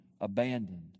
abandoned